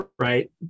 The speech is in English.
right